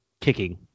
kicking